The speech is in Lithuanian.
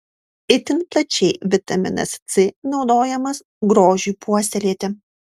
itin plačiai vitaminas c naudojamas grožiui puoselėti